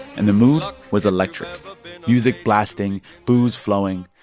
and the mood was electric music blasting, booze flowing.